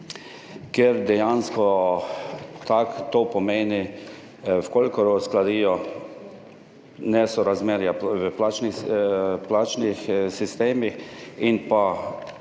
Ker dejansko tako to pomeni, v kolikor uskladijo nesorazmerja v plačnih, plačnih sistemih in pa,